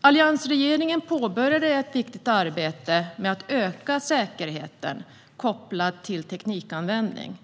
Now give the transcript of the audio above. Alliansregeringen påbörjade ett viktigt arbete med att öka säkerheten kopplad till teknikanvändning.